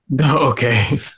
okay